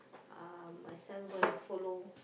uh my son go and follow